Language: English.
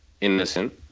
innocent